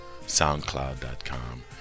SoundCloud.com